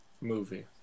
movie